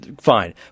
fine